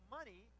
money